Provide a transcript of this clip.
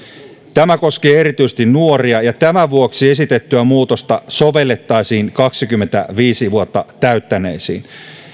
tämä koskee erityisesti nuoria ja tämän vuoksi esitettyä muutosta sovellettaisiin kaksikymmentäviisi vuotta täyttäneisiin